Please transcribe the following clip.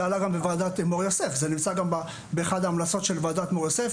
זה גם עלה בוועדת מור-יוסף וזה גם נמצא באחת ההמלצות של ועדת מור-יוסף,